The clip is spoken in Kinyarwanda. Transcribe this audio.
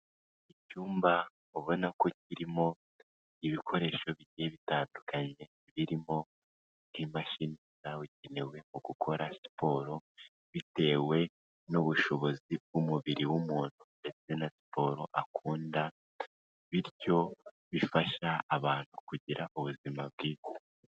Icyumba ubona ko kirimo ibikoresho bigiye bitandukanye birimo nk'imashini zabugenewe mu gukora siporo bitewe n'ubushobozi bw'umubiri w'umuntu ndetse na siporo akunda bityo bifasha abantu kugira ubuzima bwiza.